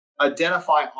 identify